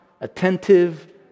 attentive